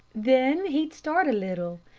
then he'd start a little.